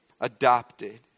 Adopted